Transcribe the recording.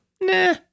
nah